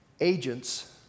agents